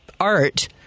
art